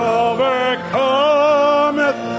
overcometh